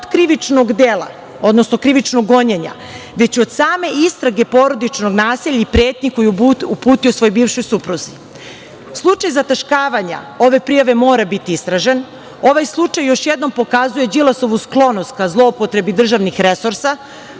od krivičnog dela, odnosno krivičnog gonjenja, već same istrage porodičnog nasilja i pretnji koje je uputio svojoj bivšoj supruzi. Slučaj zataškavanja ove prijave mora biti istražen, ovaj slučaj još jednom pokazuje Đilasovu sklonost ka zloupotrebi državnih resursa,